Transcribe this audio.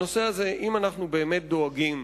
הנושא הזה, אם אנחנו באמת דואגים